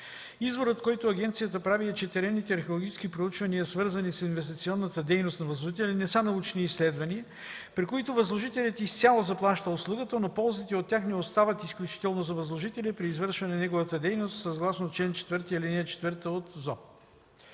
Изводът, който агенцията прави е, че теренните археологически проучвания, свързани с инвестиционната дейност на възложителя не са научни изследвания, при които възложителят изцяло заплаща услугата, но ползите от тях не остават изключително за възложителя, при извършване на неговата дейност, съгласно чл. 4, ал. 4 от